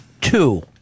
two